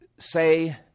say